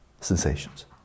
sensations